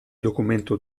documento